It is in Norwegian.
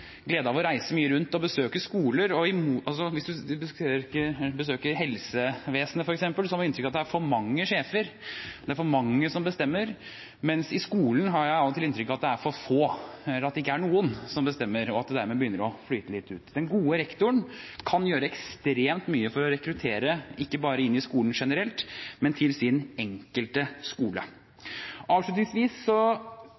av å reise mye rundt og besøke skoler. Hvis en besøker helsevesenet f.eks., har man inntrykk av at det er for mange sjefer, det er for mange som bestemmer, mens i skolen har jeg av og til inntrykk av at det er få, eller at det ikke er noen som bestemmer, og at det dermed begynner å flyte litt ut. Den gode rektoren kan gjøre ekstremt mye for å rekruttere, ikke bare inn i skolen generelt, men til sin skole. Avslutningsvis